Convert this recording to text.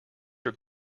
your